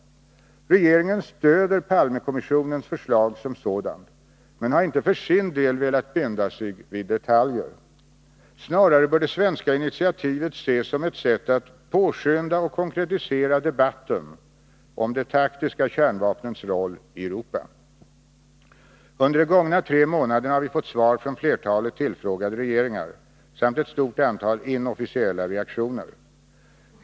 Regeringen stöder Palmekommissionens förslag som sådant, men har inte för sin del velat binda sig vid detaljer. Snarare bör det svenska initiativet ses som ett sätt att påskynda och konkretisera debatten om de taktiska kärnvapnens roll i Europa. Under de gångna tre månaderna har vi fått svar från flertalet tillfrågade regeringar samt ett stort antal inofficiella reaktioner.